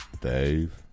Dave